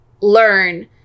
learn